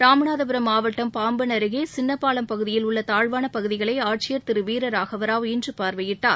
இராமநாதபுரம் மாவட்டம் பாம்பன் அருகே சின்னப்பாலம் பகுதியில் உள்ள தாழ்வான பகுதிகளை ஆட்சியர் திரு வீர ராகவ ராவ் இன்று பார்வையிட்டார்